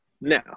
Now